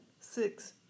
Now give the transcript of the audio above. Six